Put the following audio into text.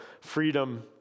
freedom